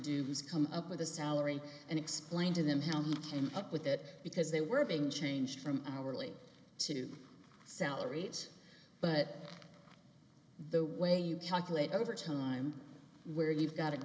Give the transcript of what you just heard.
who's come up with a salary and explain to them how he came up with that because they were being changed from hourly to salaries but the way you calculate over time where you've got